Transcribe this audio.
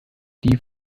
die